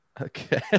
okay